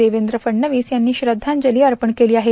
देवेंद्र फडणवीस यांनी श्रद्धांजली अर्पण केली आहे